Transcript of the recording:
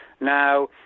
Now